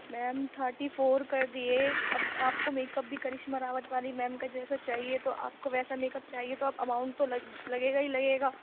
میم thirty four کر دیے اب آپ کو میک اپ بھی کرشما راوت والی میم کے جیسا چاہیے تو آپ کو ویسا میک اپ چاہیے تو اماؤنٹ تو لگے گا ہی لگے گا